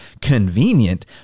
convenient